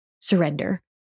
surrender